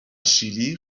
شیلی